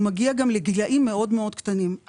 הוא מגיע גם לגילים מאוד מאוד קטנים.